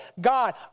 God